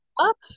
up